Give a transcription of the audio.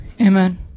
Amen